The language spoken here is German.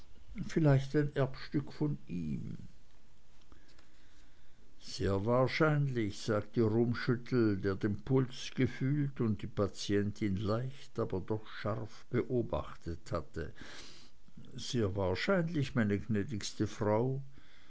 vielleicht ein erbstück von ihm sehr wahrscheinlich sagte rummschüttel der den puls gefühlt und die patientin leicht aber doch scharf beobachtet hatte sehr wahrscheinlich meine gnädigste frau